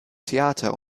theater